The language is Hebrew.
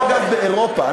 כמו באירופה,